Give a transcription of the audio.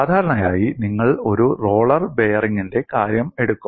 സാധാരണയായി നിങ്ങൾ ഒരു റോളർ ബെയറിംഗിന്റെ കാര്യം എടുക്കും